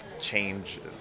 change